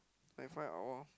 night find out orh